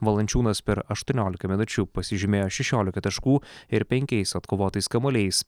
valančiūnas per aštuoniolika minučių pasižymėjo šešiolika taškų ir penkiais atkovotais kamuoliais